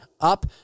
up